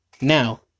Now